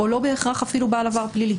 או לא בהכרח אפילו בעל עבר פלילי.